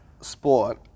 sport